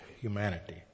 humanity